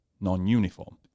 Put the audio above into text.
non-uniform